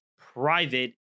private